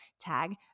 tag